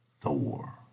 Thor